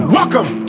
Welcome